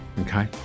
okay